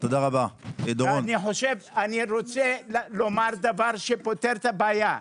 אני רוצה לומר דבר שפותר את הבעיה.